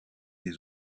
des